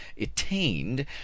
attained